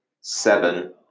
seven